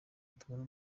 tubone